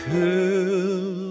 Cool